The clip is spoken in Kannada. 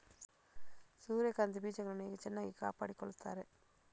ಸೂರ್ಯಕಾಂತಿ ಬೀಜಗಳನ್ನು ಹೇಗೆ ಚೆನ್ನಾಗಿ ಕಾಪಾಡಿಕೊಳ್ತಾರೆ?